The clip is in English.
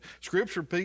Scripture